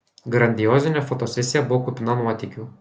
grandiozinė fotosesija buvo kupina nuotykių